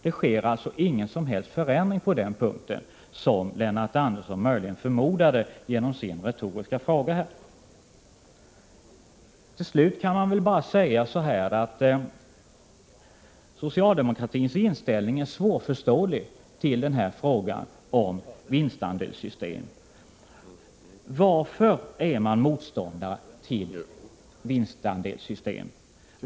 Det sker alltså ingen som helst förändring på denna punkt, som Lennart Andersson förmodade genom sin retoriska fråga. Till slut kan man bara säga att socialdemokratins inställning till vinstdelningssystem är svårförståelig. Varför är man motståndare till vinstdelningssystem?